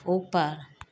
ऊपर